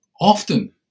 often